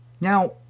now